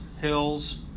hills